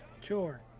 Sure